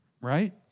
right